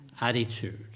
attitude